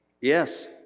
Yes